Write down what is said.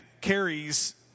carries